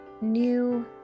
new